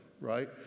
right